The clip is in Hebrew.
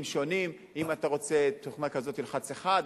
שונים: אם אתה רוצה תוכנה כזאת תלחץ 1,